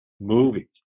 movies